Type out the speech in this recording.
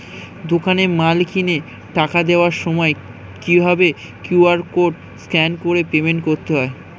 দোকানে মাল কিনে টাকা দেওয়ার সময় কিভাবে কিউ.আর কোড স্ক্যান করে পেমেন্ট করতে হয়?